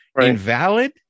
invalid